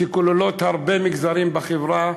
שכוללות הרבה מגזרים בחברה,